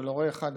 של הורה 1,